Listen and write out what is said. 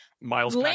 miles